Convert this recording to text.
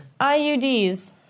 IUDs